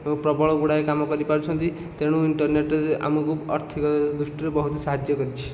ପ୍ରବଳ ଗୁଡ଼ାଏ କାମ କରିପାରୁଛନ୍ତି ତେଣୁ ଇଣ୍ଟେରନେଟ ଆମକୁ ଆର୍ଥିକ ଦୃଷ୍ଟିରୁ ବହୁତ ସାହାଯ୍ୟ କରିଛି